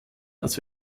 aus